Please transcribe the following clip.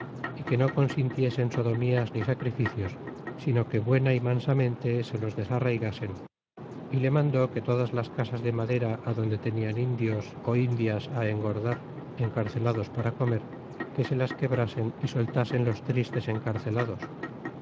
y que no consintiesen sodomías ni sacrificios sino que buena y mansamente se los desarraygasen y le mandó que todas las casas de madera adonde tenían indios indias engordar encarcelados para comer que se las quebrasen y soltasen los tristes encarcelados